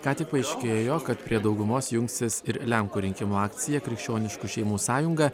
ką tik paaiškėjo kad prie daugumos jungsis ir lenkų rinkimų akcija krikščioniškų šeimų sąjunga